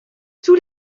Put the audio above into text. tous